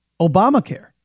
Obamacare